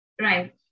Right